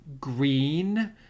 green